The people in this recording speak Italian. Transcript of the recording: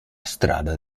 strada